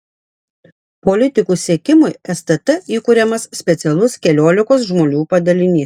politikų sekimui stt įkuriamas specialus keliolikos žmonių padalinys